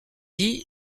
dit